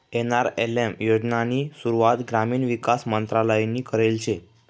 NRLM योजनानी सुरुवात ग्रामीण विकास मंत्रालयनी करेल शे